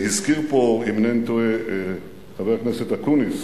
והזכיר פה, אם אינני טועה, חבר הכנסת אקוניס,